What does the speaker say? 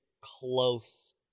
close